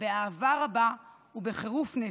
באהבה רבה ובחירוף נפש.